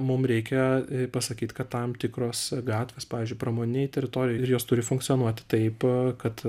mum reikia pasakyt kad tam tikros gatvės pavyzdžiui pramoninėj teritorijoj ir jos turi funkcionuoti taip kad